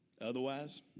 Otherwise